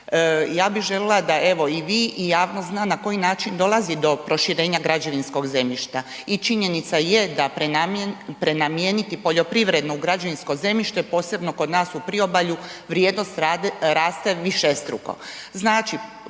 Ja bih željela da evo i vi i javnost zna na koji način dolazi do proširenja građevinskog zemljišta i činjenica je da prenamijeniti poljoprivredno u građevinsko zemljište posebno kod nas u priobalju vrijednost raste višestruko.